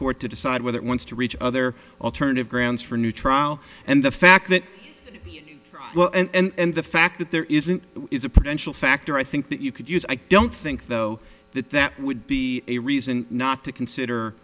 court to decide whether it wants to reach other alternative grounds for a new trial and the fact that well and the fact that there isn't is a potential factor i think that you could use i don't think though that that would be a reason not to consider